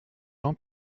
jean